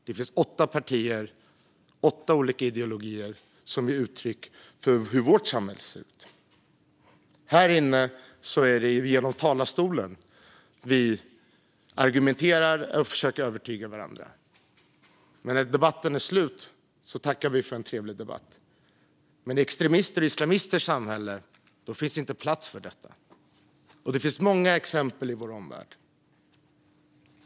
Här finns åtta partier med åtta olika ideologier som ger uttryck för hur vårt samhälle ser ut. Här inne är det i talarstolen vi argumenterar och försöker övertyga varandra, och när debatten är slut tackar vi för en trevlig debatt. Men i extremisters och islamisters samhälle finns inte plats för detta. Det finns många sådana exempel i vår omvärld.